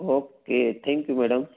okay thank you madam